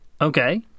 Okay